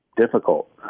difficult